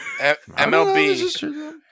MLB